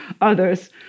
others